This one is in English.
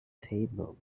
table